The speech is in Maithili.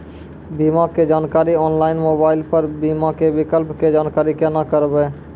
बीमा के जानकारी ऑनलाइन मोबाइल पर बीमा के विकल्प के जानकारी केना करभै?